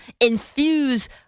infuse